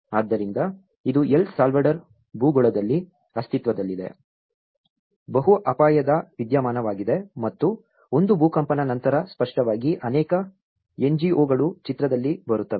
ಆದ್ದರಿಂದ ಇದು L Salvador ಭೂಗೋಳದಲ್ಲಿ ಅಸ್ತಿತ್ವದಲ್ಲಿದ್ದ ಬಹು ಅಪಾಯದ ವಿದ್ಯಮಾನವಾಗಿದೆ ಮತ್ತು ಒಂದು ಭೂಕಂಪದ ನಂತರ ಸ್ಪಷ್ಟವಾಗಿ ಅನೇಕ ಎನ್ಜಿಒಗಳು ಚಿತ್ರದಲ್ಲಿ ಬರುತ್ತವೆ